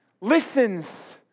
listens